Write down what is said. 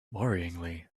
worryingly